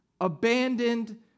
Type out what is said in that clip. abandoned